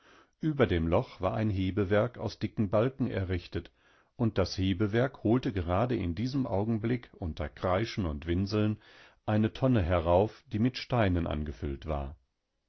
über dem loch war ein hebewerk aus dicken balken errichtet und das hebewerk holte gerade in diesem augenblick unter kreischen und winseln eine tonne herauf die mit steinen angefüllt war